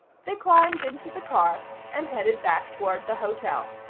they climbed into the car and headed back toward the hotel.